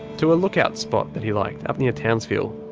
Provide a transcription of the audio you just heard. to a lookout spot that he liked up near townsville.